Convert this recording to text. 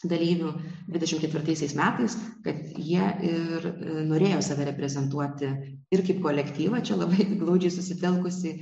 dalyvių dvidešimt ketvirtaisiais metais kad jie ir norėjo save reprezentuoti ir kaip kolektyvą čia labai glaudžiai susitelkusį